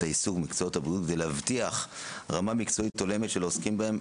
העיסוק במקצועות הבריאות כדי להבטיח רמה מקצועית הולמת של העוסקים בהם,